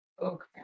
Okay